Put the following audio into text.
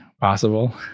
possible